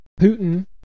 Putin